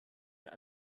mehr